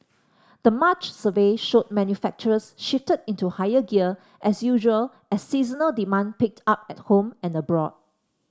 the March survey showed manufacturers shifted into higher gear as usual as seasonal demand picked up at home and abroad